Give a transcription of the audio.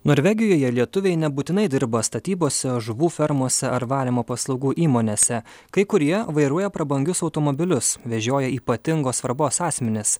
norvegijoje lietuviai nebūtinai dirba statybose žuvų fermose ar valymo paslaugų įmonėse kai kurie vairuoja prabangius automobilius vežioja ypatingos svarbos asmenis